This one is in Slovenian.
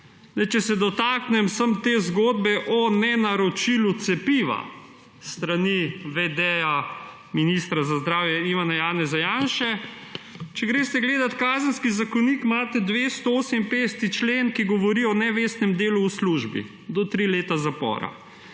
Če se dotaknem samo te zgodbe o nenaročilu cepiva s strani vedeja ministra za zdravje Ivana Janeza Janše. Če greste gledat Kazenski zakonik, imate 258. člen, ki govori o nevestnem delu v službi – do tri leta zapora.